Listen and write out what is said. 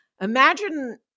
Imagine